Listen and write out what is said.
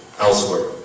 elsewhere